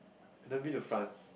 I've never been to France